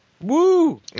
Woo